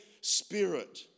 Spirit